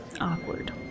awkward